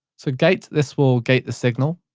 so gate, this will gate the signal.